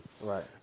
Right